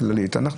זה.